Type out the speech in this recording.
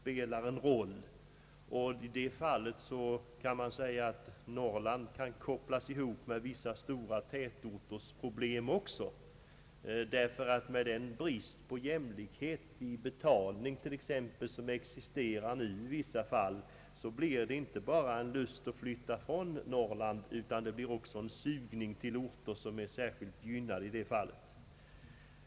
I det fallet kan man säga att Norrlands problem kan kopplas ihop med vissa stora tätorters problem, ty med den brist på jämlikhet i fråga om t.ex. betalning som i vissa fall existerar förefinns inte bara en lust att flytta från Norrland utan även en sugning till orter som är särskilt gynnade i detta fall.